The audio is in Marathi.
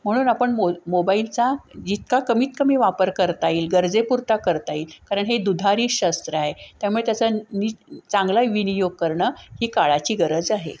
म्हणून आपण मो मोबाईलचा जितका कमीत कमी वापर करता येईल गरजेपुरता करता येईल कारण हे दुधारी शस्त्र आहे त्यामुळे त्याचा नि चांगला विनियोग करणं ही काळाची गरज आहे